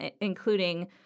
including